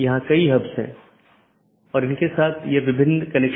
इसलिए उनके बीच सही तालमेल होना चाहिए